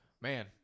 man